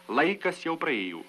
laikas jau praėjo